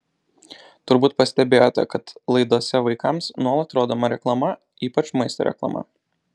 turbūt pastebėjote kad laidose vaikams nuolat rodoma reklama ypač maisto reklama